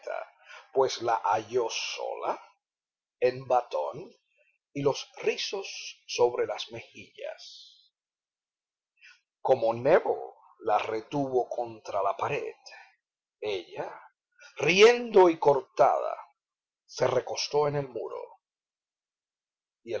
pues la halló sola en batón y los rizos sobre las mejillas como nébel la retuvo contra la pared ella riendo y cortada se recostó en el muro